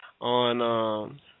on